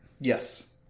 yes